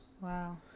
Wow